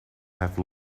have